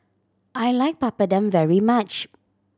I like Papadum very much